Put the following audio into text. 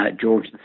George